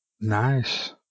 Nice